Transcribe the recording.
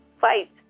fight